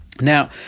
Now